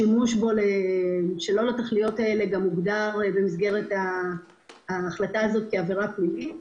שימוש בו שלא לתכליות האלה מוגדר במסגרת ההחלטה הזאת כעבירה פלילית.